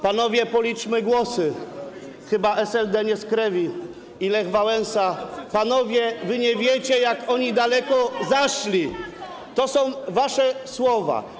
Panowie, policzmy głosy; chyba SLD nie skrewi i Lech Wałęsa; panowie, wy nie wiecie, jak oni daleko zaszli - to są wasze słowa.